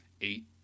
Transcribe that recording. eight